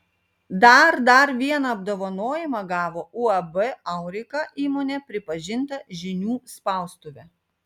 dar dar vieną apdovanojimą gavo uab aurika įmonė pripažinta žinių spaustuve